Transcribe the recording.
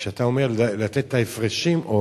כשאתה אומר לתת את ההפרשים או